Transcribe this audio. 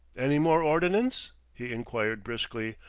any more ordnance? he inquired briskly,